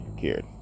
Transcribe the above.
cared